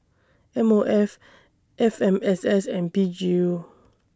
M O F F M S S and P G U